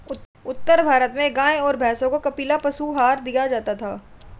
उत्तर भारत में गाय और भैंसों को कपिला पशु आहार दिया जाता है